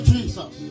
Jesus